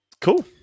Cool